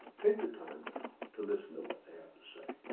take the time now to listen to what they have to say